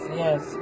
yes